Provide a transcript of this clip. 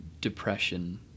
depression